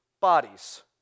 bodies